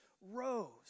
rose